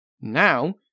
Now